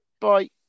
Bye